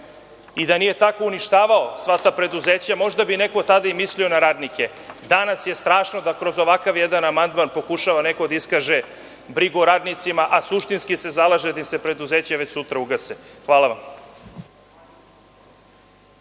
i da nije tako uništavao sva ta preduzeća, možda bi neko tada i mislio na radnike. Danas je strašno da kroz ovakav jedan amandman pokušava neko da iskaže brigu o radnicima, a suštinski se zalaže da im se preduzeća već sutra ugase. Hvala vam.